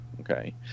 okay